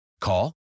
Call